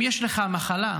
אם יש לך מחלה,